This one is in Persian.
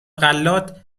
غلات